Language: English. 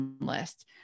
list